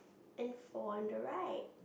and four on the right